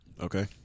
Okay